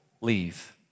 leave